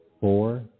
four